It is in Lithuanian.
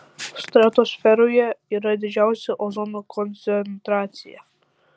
stratosferoje yra didžiausia ozono koncentracija